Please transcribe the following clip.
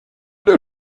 der